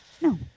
No